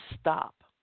stop